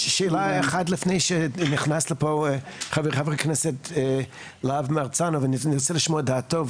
שאלה אחת לפני שנכנס לפה חבר הכנסת להב הרצנו וננסה לשמוע את דעתו.